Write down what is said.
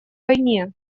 войне